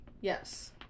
Yes